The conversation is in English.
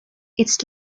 its